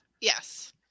Yes